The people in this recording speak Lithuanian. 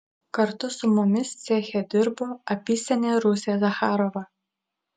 kartu su mumis ceche dirbo apysenė rusė zacharova